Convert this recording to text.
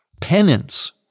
penance